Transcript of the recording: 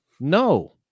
No